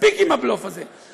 מספיק עם הבלוף הזה.